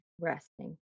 resting